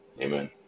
Amen